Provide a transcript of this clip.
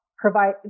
provide